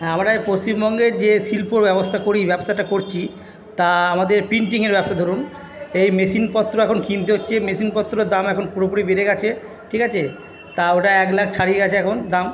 হ্যাঁ আমরা এই পশ্চিমবঙ্গে যে শিল্প ব্যবস্থা করি ব্যবসাটা করছি তা আমাদের প্রিন্টিংয়ের ব্যবসা ধরুন এই মেশিনপত্র এখন কিনতে হচ্ছে মেশিনপত্রর দাম এখন পুরোপুরি বেড়ে গেছে ঠিক আছে তা ওটা এক লাখ ছাড়িয়ে গেছে এখন দাম